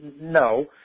No